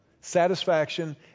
satisfaction